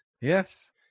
Yes